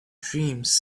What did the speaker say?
dreams